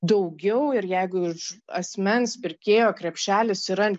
daugiau ir jeigu iš asmens pirkėjo krepšelis yra